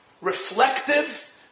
reflective